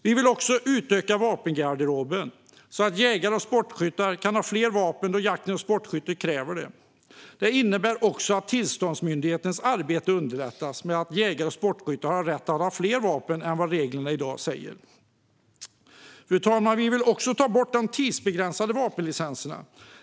Vi vill också utöka vapengarderoben så att jägare och sportskyttar kan ha fler vapen då jakten och sportskyttet kräver det. Det innebär också att tillståndsmyndighetens arbete underlättas med att en jägare och sportskytt har rätt att ha fler vapen än vad reglerna i dag säger. Vi vill dessutom ta bort de tidsbegränsade vapenlicenserna.